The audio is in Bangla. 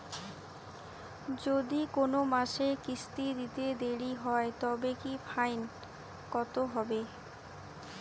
যদি কোন মাসে কিস্তি দিতে দেরি হয় তবে কি ফাইন কতহবে?